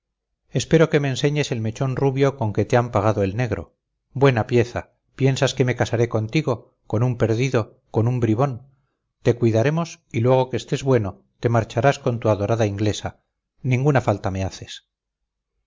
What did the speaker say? espero que me enseñes el mechón rubio con que te han pagado el negro buena pieza piensas que me casaré contigo con un perdido con un bribón te cuidaremos y luego que estés bueno te marcharás con tu adorada inglesa ninguna falta me haces